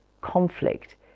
conflict